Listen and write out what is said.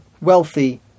wealthy